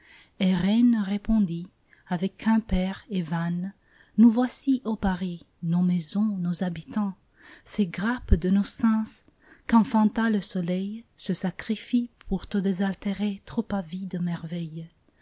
rennes répondit avec quimper et vannes nous voici ô paris nos maisons nos habitants ces grappes de nos sens qu'enfanta le soleil se sacrifient pour te désaltérer trop avide merveille